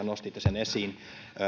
nostitte sen esiin